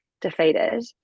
defeated